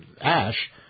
ash